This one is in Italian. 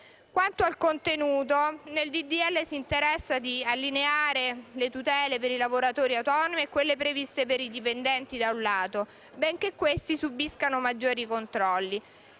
Quanto al contenuto, il disegno di legge si interessa di allineare le tutele per i lavoratori autonomi a quelle previste per i dipendenti da un lato, benché questi subiscano maggiori controlli,